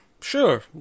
Sure